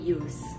use